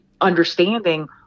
understanding